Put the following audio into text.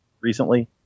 recently